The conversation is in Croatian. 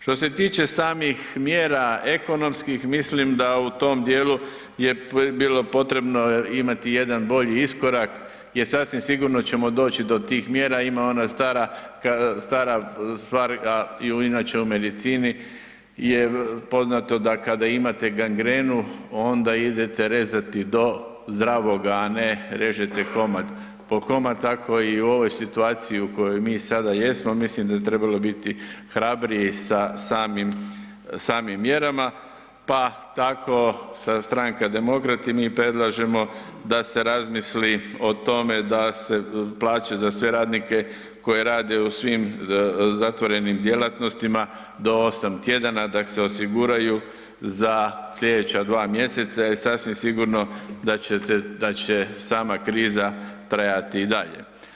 Što se tiče samih mjera ekonomskih mislim da u tom dijelu je bilo potrebno imati jedan bolji iskorak jer sasvim sigurno ćemo doći do tih mjera, ima ona stara kada, stara stvar, a inače u medicini je poznato da kada imate gangrenu onda idete rezati do zdravoga, a ne režete komad po komad, tako i u ovoj situaciji u kojoj mi sada jesmo, mislim da bi trebalo biti hrabriji sa samim, samim mjerama, pa tako se stranka Demokrati, mi predlažemo da se razmisli o tome da se plaće za sve radnike koji rade u svim zatvorenim djelatnostima do 8 tjedana da se osiguraju za slijedeća dva mjeseca jer sasvim sigurno da će se, da će sama kriza trajati i dalje.